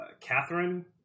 Catherine